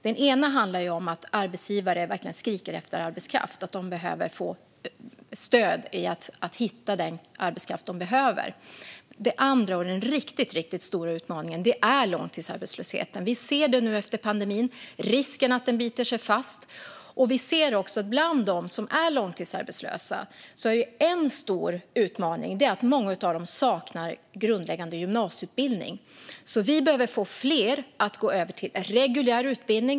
Den ena handlar om att arbetsgivare skriker efter arbetskraft. De behöver få stöd i att hitta den arbetskraft de behöver. Den andra, och den riktigt stora, utmaningen är långtidsarbetslösheten. Vi ser det nu efter pandemin - en risk att den biter sig fast. Det är en stor utmaning att många av dem som är långtidsarbetslösa saknar grundläggande gymnasieutbildning. Vi behöver få fler att gå över till reguljär utbildning.